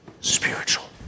spiritual